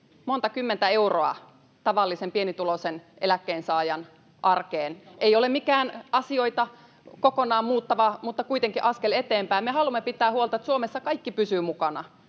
monta kymmentä euroa tavallisen pienituloisen eläkkeensaajan arkeen. [Mika Niikko: Minkä maan?] Ei ole mikään asioita kokonaan muuttava, mutta kuitenkin askel eteenpäin. Me haluamme pitää huolta, että Suomessa kaikki pysyvät mukana,